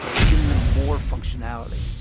so giving them more functionality.